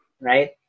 Right